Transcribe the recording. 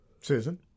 Susan